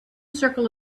circle